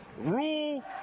rule